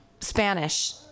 Spanish